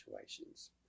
situations